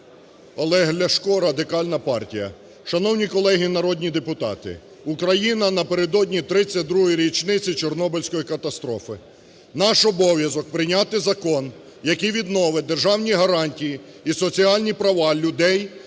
Олег Ляшко, Радикальна партія. Шановні колеги народні депутати, Україна напередодні 32-ї річниці Чорнобильської катастрофи. Наш обов'язок прийняти закон, який відновить державні гарантії і соціальні права людей,